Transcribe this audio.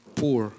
poor